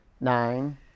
nine